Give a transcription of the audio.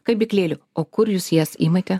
kabyklėlių o kur jūs jas imate